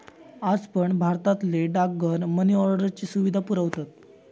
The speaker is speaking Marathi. आज पण भारतातले डाकघर मनी ऑर्डरची सुविधा पुरवतत